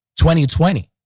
2020